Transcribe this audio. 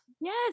yes